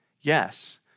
yes